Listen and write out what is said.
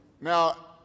Now